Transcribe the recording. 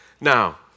Now